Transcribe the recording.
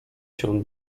się